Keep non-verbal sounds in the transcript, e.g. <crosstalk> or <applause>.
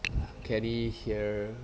<noise> kenny here